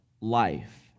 life